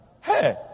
hey